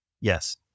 yes